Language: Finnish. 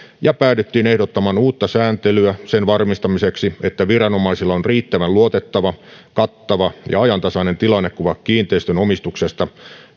ja päädyttiin ehdottamaan uutta sääntelyä sen varmistamiseksi että viranomaisilla on riittävän luotettava kattava ja ajantasainen tilannekuva kiinteistönomistuksesta